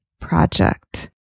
project